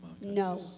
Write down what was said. No